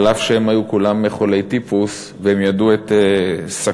אף שהם היו כולם חולי טיפוס והם ידעו את סכנת